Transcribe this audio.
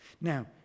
Now